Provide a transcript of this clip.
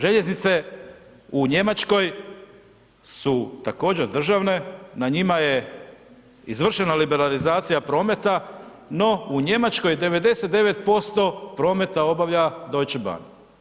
Željeznice u Njemačkoj su također državne, na njima je izvršena liberalizacija prometa, no u Njemačkoj 99% prometa obavlja Deutsche Bahn.